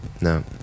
No